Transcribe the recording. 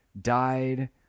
died